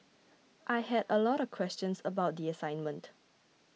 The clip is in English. I had a lot of questions about the assignment